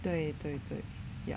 对对